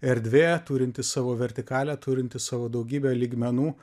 erdvė turinti savo vertikalią turinti savo daugybę lygmenų